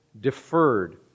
deferred